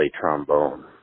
trombone